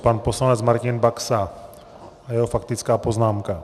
Pan poslanec Martina Baxa a jeho faktická poznámka.